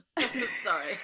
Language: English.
sorry